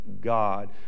God